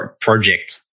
project